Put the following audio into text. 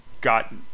got